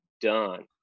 done